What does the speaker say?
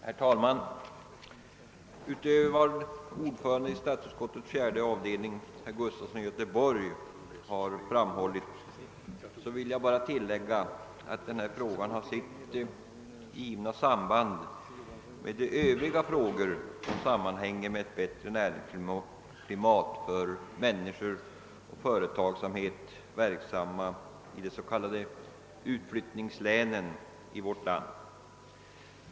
Herr talman! Utöver vad ordföranden i statsutskottets fjärde avdelning herr Gustafson i Göteborg här framhållit vill jag tillägga att frågan om en enhetlig telefontaxa har sitt givna samband med de övriga frågor som sammanhänger med ett bättre näringsklimat för människor och företagsamhet inom de s.k. utflyttningslänen i vårt land.